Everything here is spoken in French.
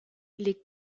les